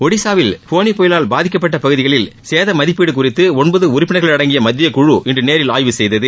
ஒடிஸாவில் போனி புயலால் பாதிக்கப்பட்ட பகுதிகளில் சேத மதிப்பீடு குறித்து ஒன்பது உறுப்பினர்கள் அடங்கிய மத்தியக் குழு இன்று நேரில் ஆய்வு செய்தது